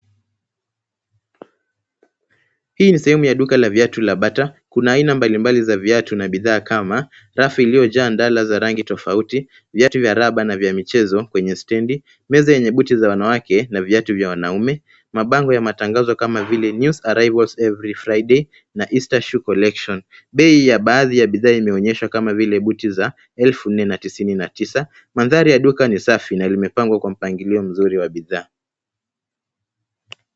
Hii ni sehemu ya duka la bata. Kuna aina mbalimbali za viatu na bidhaa kama rafu iliojaa ndala za rangi tofauti, viatu vya raba na vya michezo kwenye stendi, meza yenye buti za wanawake na viautu vya wanaume, mabango ya matangazo kama vile news arrivals every Friday na easter shoe collection . Bei ya baadhi ya bidha imeoneshwa kama vile buti za elfu nne na tisini na tisa. Mandhari ya duka ni safi na limepangwa kwa mpangilio mzuri wa bidhaa.